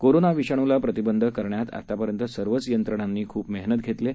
कोरोनाविषाणूलाप्रतिबंधकरण्यातआतापर्यंतसर्वचयंत्रणांनीखूपमेहनतघेतलीआहे